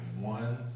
one